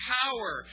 power